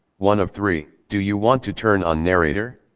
one of three. do you want to turn on narrator?